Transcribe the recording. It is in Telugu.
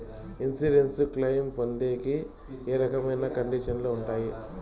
ఇన్సూరెన్సు క్లెయిమ్ పొందేకి ఏ రకమైన కండిషన్లు ఉంటాయి?